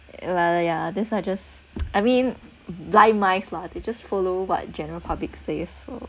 ya lah ya lah this I just I mean blind mice lah they just follow what general public says so